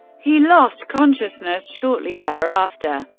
he lost consciousness shortly thereafter.